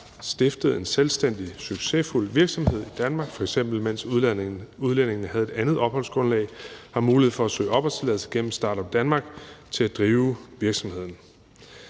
stiftet en selvstændig succesfuld virksomhed i Danmark, f.eks. mens udlændingen havde et andet opholdsgrundlag, har mulighed for at søge opholdstilladelse gennem Start-up Denmark til at drive virksomheden.